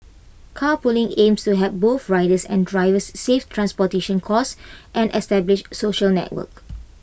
carpooling aims to help both riders and drivers save transportation costs and establish social networks